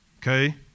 okay